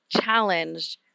challenged